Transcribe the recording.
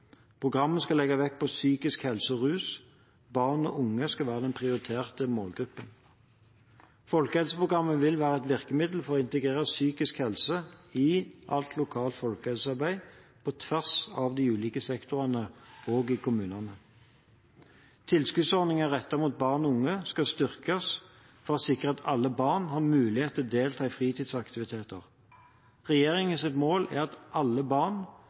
Programmet skal legge vekt på psykisk helse og rus, og barn og unge skal være den prioriterte målgruppen. Folkehelseprogrammet vil være et virkemiddel for å integrere psykisk helse i alt lokalt folkehelsearbeid og på tvers av de ulike sektorene i kommunene. Tilskuddsordninger rettet mot barn og unge skal styrkes for å sikre at alle barn har mulighet til å delta i fritidsaktiviteter. Regjeringens mål er at alle barn